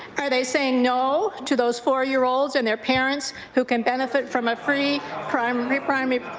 are they saying no to those four year olds and their parents who can benefit from a free preprimary preprimary